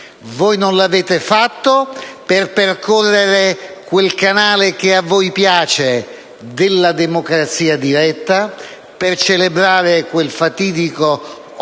voi non l'avete fatto per percorrere quel canale che a voi piace della democrazia diretta, per celebrare quel fatidico 8